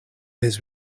his